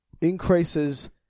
Increases